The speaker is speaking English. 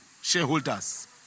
shareholders